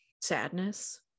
sadness